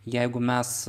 jeigu mes